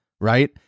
right